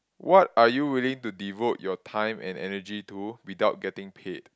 what are you willing to devote your time and energy to without getting paid